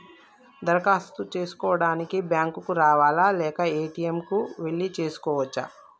దరఖాస్తు చేసుకోవడానికి బ్యాంక్ కు రావాలా లేక ఏ.టి.ఎమ్ కు వెళ్లి చేసుకోవచ్చా?